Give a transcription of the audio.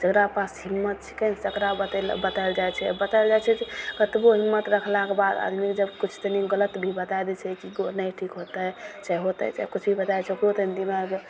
जकरा पास हिम्मत छिकै ने तकरा बतेलक बताओल जाइ छै बताइल जाइ छै कतबो हिम्मत रखलाक बाद आदमीके जब किछु तनि गलत भी बता दै छै कि नहि ठीक होतय चाहे होतय चाहे किछु भी बता दै छै ओकरो तनि दिमाग